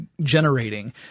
generating